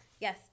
yes